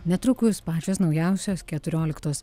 netrukus pačios naujausios keturioliktos